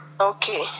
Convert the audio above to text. Okay